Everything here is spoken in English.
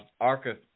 Arca